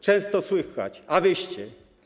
Często słychać: a wyście.